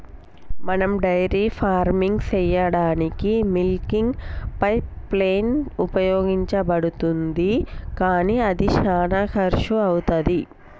మనం dairy farming సెయ్యదానికీ milking pipeline ఉపయోగించబడుతుంది కానీ అది శానా కర్శు అవుతది